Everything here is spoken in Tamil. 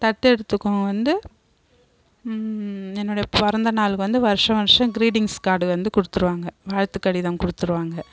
தத்தெடுத்துக்கவங்க வந்து என்னுடைய பிறந்தநாள்க்கு வந்து வருஷா வருஷம் கிரீட்டிங்ஸ் கார்டு வந்து கொடுத்துருவாங்க வாழ்த்து கடிதம் கொடுத்துருவாங்க